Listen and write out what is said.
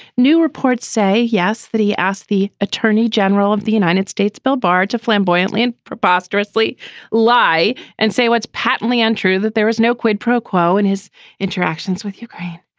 new reports say yes that he asked the attorney general of the united states bill barr to flamboyantly and preposterously lie and say what's patently untrue that there was no quid pro quo in his interactions with you.